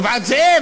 בגבעת-זאב,